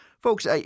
folks